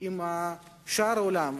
עם שאר העולם,